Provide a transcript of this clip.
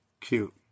Cute